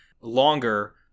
longer